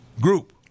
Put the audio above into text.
group